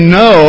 no